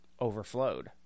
overflowed